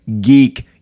geek